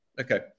Okay